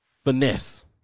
finesse